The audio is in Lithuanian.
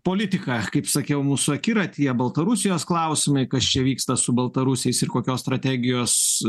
politika kaip sakiau mūsų akiratyje baltarusijos klausimai kas čia vyksta su baltarusiais ir kokios strategijos